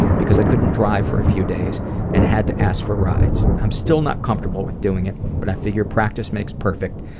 because i couldn't drive for a few days and had to ask for rides. i'm still not comfortable with doing it, but i figure practice makes perfect,